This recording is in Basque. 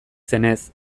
zenez